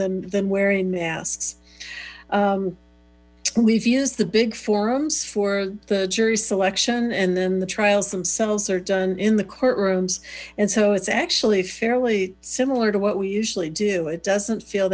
than than wearing masks we've used the big forums for the jury selection and then the trials themselves are done in the courtrooms and so it's actually fairly similar to what we usually do it doesn't feel